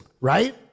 right